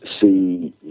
see